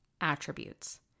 attributes